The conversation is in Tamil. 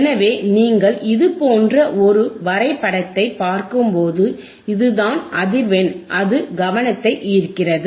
எனவே நீங்கள் இது போன்ற ஒரு வரைபடத்தைப் பார்க்கும்போது இது தான் அதிர்வெண் அது கவனத்தை ஈர்க்கிறது